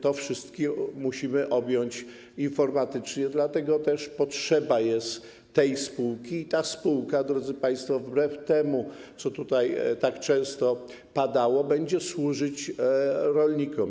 To wszystko musimy objąć informatycznie, dlatego też jest potrzeba tej spółki i ta spółka, drodzy państwo, wbrew temu, co tutaj tak często padało, będzie służyć rolnikom.